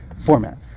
format